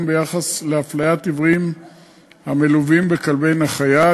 ביחס להפליית עיוורים המלווים בכלבי נחייה,